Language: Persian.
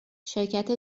شرکت